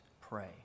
pray